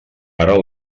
ara